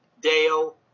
Dale